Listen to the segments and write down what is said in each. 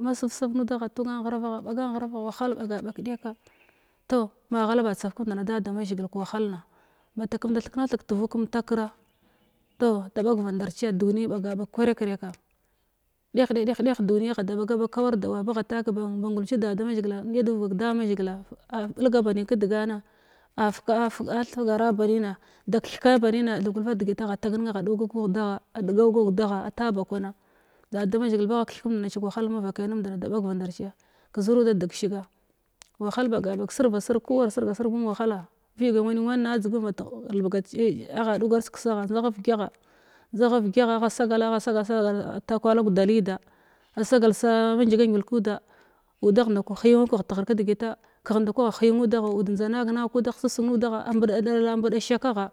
Masivsig nudgha atagan ghravagha wahal ɓaga ɓak kedekka toh ma ghala ba tsaf kemndana da da mazhigil kəwahal da mbakek kemnda theknathig tuvuk kəmtakra toh da bagva ndav ciy dniyin ɓaga ɓag kwe rek reka ɗehgadeh deh duri agha da baga bag kawar dawa dagha tak ban ba ngulmci da da mazhigil deya vak damazhigila ah bulga ba min kədgana afk-af-a á thgara ba rima da kethkana barina tha kulva degita agha tagnann agha ɗung guldagha a gdung guda gha ata ba kwana da da mazhigil bagha keth kamnda naci kəwahala mavakai nud na da bagva ndar cuya kəziruda degshiga wahəa ɓaga ɓag sirvasir ku wa sirga sirg mung wahalaviga nwenenna adzugur-elbe agha ɗugars kəssagha njda gha vegyagha njdaghav gyagha sagala agha agha takwala guda lida a sagal saa mangiga ngil kuda budgah ndakwa heyumna kagh teghr heyunnudaghwo ndjnda nag nag kudagh sevsig nudagha abuda ɗala ambuda shaka gha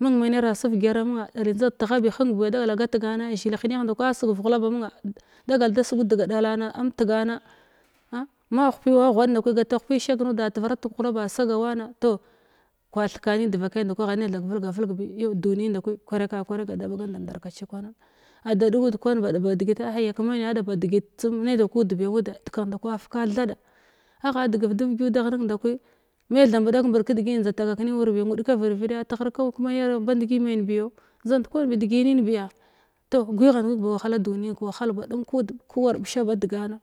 mung menra a savgyara muna a dagalda gat gang zhil heneh ndaku á srgav ghulaba amunna dagal da sag deg ɗala na an tigana ah ma ahwip ma ghuada kwi gata hwpi shagar nuda a taviratig kəghulaba sagawana toh kwa thekanun devakai ndakwi agha nay tha kəvelgavelg yeu duniyin nda ku kwereka kwerekga ada ɗuwud kwan ba aɗaba degitt aya kamena aɗaba degit tsum nethei kud biya amuda kegh nda kwa fuka thaɗa agha degev davegyudagh nim dakwi me tha mbəɗadek kadigiyi njda tagak nin war bi nwud kavitvida teghur kau kamenar bandgi men biyo njda ndkwan bi degi min biya toh gwighant gwig ba wahala duniyin kawahal baɗum kud ku war ɓisha ba degana.